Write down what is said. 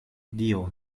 dio